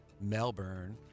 Melbourne